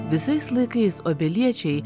visais laikais obeliečiai